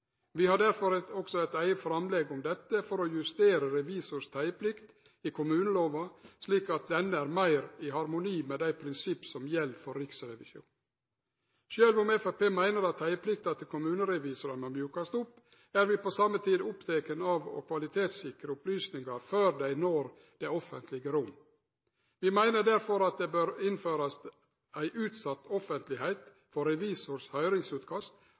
Vi har derfor også eit eige framlegg om dette for å justere revisors teieplikt i kommunelova, slik at ho er meir i harmoni med dei prinsippa som gjeld for Riksrevisjonen. Sjølv om Framstegspartiet meiner at teieplikta til kommunerevisorane må mjukast opp, er vi på same tid opptekne av å kvalitetssikre opplysningar før dei når det offentlege rom. Vi meiner derfor at ei utsett offentlegheit for revisors høyringsutkast